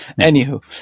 Anywho